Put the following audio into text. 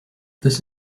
this